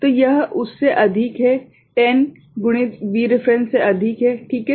तो यह उस से अधिक है 10 गुणित Vref से अधिक है ठीक है